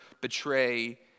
betray